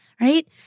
right